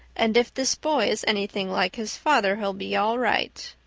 and if this boy is anything like his father he'll be all right.